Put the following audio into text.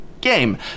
game